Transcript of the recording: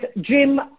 Jim